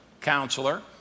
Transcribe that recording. counselor